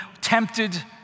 tempted